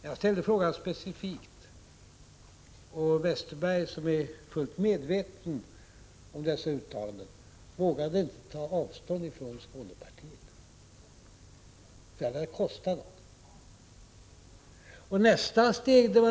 Jag ställde frågan specifikt om detta, och Bengt Westerberg, som är fullt medveten om dessa uttalanden, vågade inte ta avstånd från Skånepartiet, för då hade det kostat något.